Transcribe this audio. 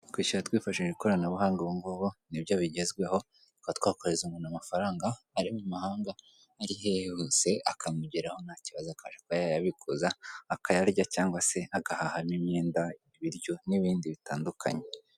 Kwishyura twifashishije ikoranabuhanga ubu ngubu nibyo bigezweho, tukaba twakohereza umuntu amafaranga ari mu mahanga ari hehe hose akamugeraho nta kibazo ashobora kuba yayabikuza akayarya cyangwa se agahahamo imyenda, ibiryo n'ibindi bitandukanye.